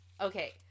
Okay